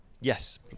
yes